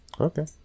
Okay